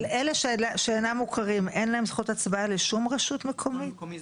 אבל אלה שאינם מוכרים אין להם זכות הצבעה לשום רשות מקומית?